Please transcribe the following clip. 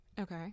Okay